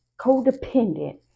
codependent